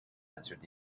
answered